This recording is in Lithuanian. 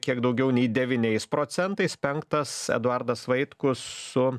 kiek daugiau nei devyniais procentais penktas eduardas vaitkus su